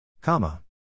Comma